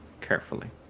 carefully